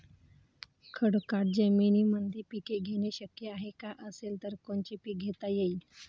खडकाळ जमीनीमंदी पिके घेणे शक्य हाये का? असेल तर कोनचे पीक घेता येईन?